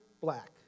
black